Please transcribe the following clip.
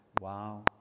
Wow